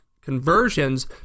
conversions